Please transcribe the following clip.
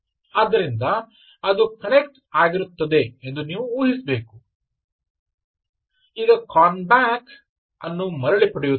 ಆದ್ದರಿಂದ ಅದು ಕನೆಕ್ಟ್ ಆಗಿರುತ್ತದೆ ಎಂದು ನೀವು ಊಹಿಸಬೇಕು ಈಗ connback ಅನ್ನು ಮರಳಿ ಪಡೆಯುತ್ತೀರಿ